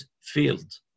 field